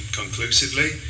conclusively